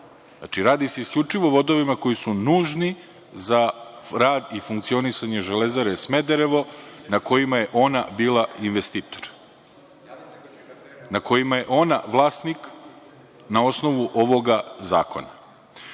Znači, radi se isključivo o vodovima koji su nužni za rad i funkcionisanje „Železare Smederevo“, na kojima je ona bila investitor, na kojima je ona vlasnik, na osnovu ovoga zakona. Ova